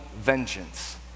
vengeance